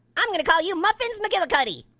i'm gonna call you muffins mcgillicutee.